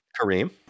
Kareem